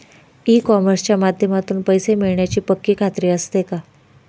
E कॉमर्सच्या माध्यमातून पैसे मिळण्याची पक्की खात्री असते का?